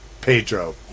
Pedro